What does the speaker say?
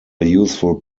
useful